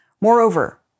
Moreover